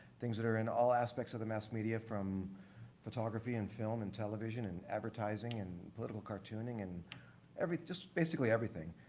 things that are in all aspects of the mass media from photography and film and television and advertising and political cartooning and just basically everything.